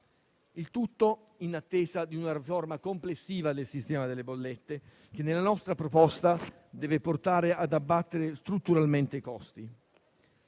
il tutto in attesa di una riforma complessiva del sistema delle bollette, che nella nostra proposta deve portare ad abbattere strutturalmente i costi.